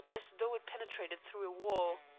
as though it penetrated through a wall.